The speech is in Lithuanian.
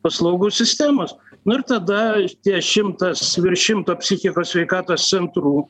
paslaugų sistemos nu ir tada tie šimtas virš šimto psichikos sveikatos centrų